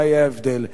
מה יהיה ההבדל?